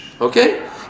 Okay